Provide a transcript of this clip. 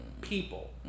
people